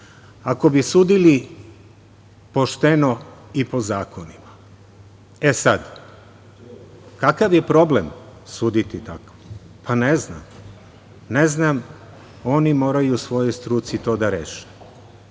ako bi sudili pošteno i po zakonima.E sada, kakav je problem suditi tako? Ne znam. Oni moraju u svojoj struci to da reše.